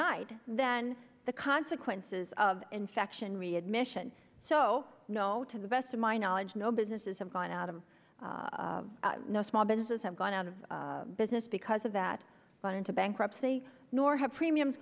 night then the consequences of infection readmission so no to the best of my knowledge no businesses have gone out of no small businesses have gone out of business because of that run into bankruptcy nor have premiums